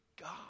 God